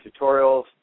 tutorials